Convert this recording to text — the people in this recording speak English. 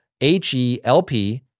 H-E-L-P